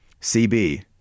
cb